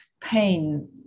pain